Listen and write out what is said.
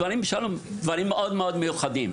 דברים מאוד מיוחדים.